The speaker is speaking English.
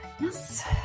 Yes